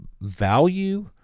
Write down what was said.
value